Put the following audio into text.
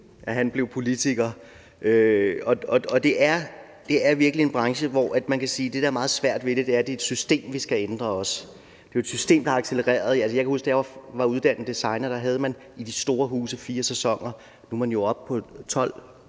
han blev politiker. Det er virkelig en branche, hvor man kan sige, at det, der er meget svært ved det, er, at det også er et system, vi skal ændre. Det er et system, der har accelereret. Jeg kan huske, at da jeg var nyuddannet designer, havde man i de store huse fire sæsoner. Nu er man jo oppe på 12,